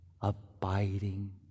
Abiding